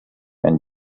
and